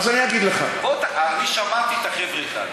אז אני אגיד לך, שמעתי את החבר'ה כאן.